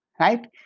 right